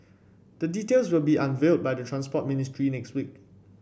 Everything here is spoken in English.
the details will be unveiled by the Transport Ministry next week